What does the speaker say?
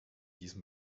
diesem